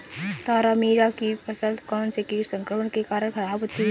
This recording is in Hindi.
तारामीरा की फसल कौनसे कीट संक्रमण के कारण खराब होती है?